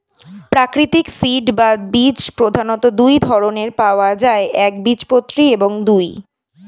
প্রাকৃতিক সিড বা বীজ প্রধানত দুই ধরনের পাওয়া যায় একবীজপত্রী এবং দুই